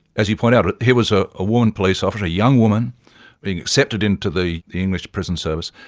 as you point out, here was a ah woman police officer, a young woman being accepted into the english prison service,